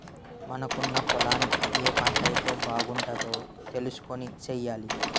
మనకున్న పొలానికి ఏ పంటైతే బాగుంటదో తెలుసుకొని సెయ్యాలి